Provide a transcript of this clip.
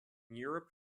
europe